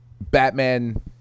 Batman